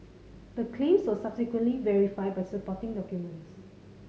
the claims were subsequently verified by supporting documents